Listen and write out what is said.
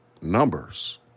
numbers